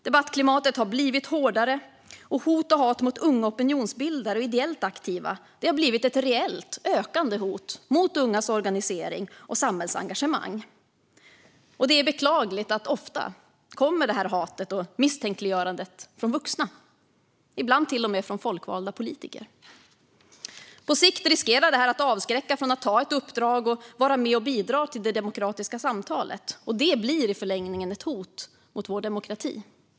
Debattklimatet har blivit hårdare, och hot och hat mot unga opinionsbildare och ideellt aktiva har blivit ett reellt ökande hot mot ungas organisering och samhällsengagemang. Det är beklagligt att hatet och misstänkliggörandet ofta kommer från vuxna, ibland till och med från folkvalda politiker. På sikt riskerar det här att avskräcka från att ta ett uppdrag och vara med och bidra till det demokratiska samtalet. Det blir i förlängningen ett hot mot vår demokrati.